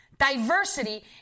Diversity